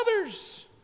others